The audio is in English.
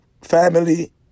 family